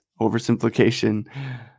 oversimplification